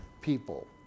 people